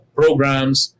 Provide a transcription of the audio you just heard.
programs